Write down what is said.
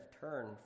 turn